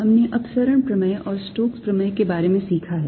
हमने अपसरण प्रमेय और स्टोक्स प्रमेय के बारे में सीखा है